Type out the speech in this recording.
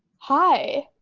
hi,